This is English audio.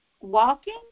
walking